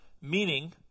Meaning